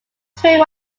train